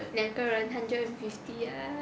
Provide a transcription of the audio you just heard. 两个人 hundred and fifty ah